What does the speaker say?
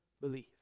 believe